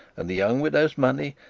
and the young widow's money,